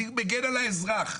אני מגן על האזרח.